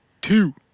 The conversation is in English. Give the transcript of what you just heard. two